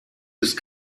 ist